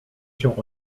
się